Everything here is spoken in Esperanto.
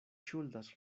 ŝuldas